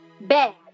bad